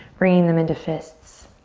bringing them into fists.